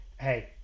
hey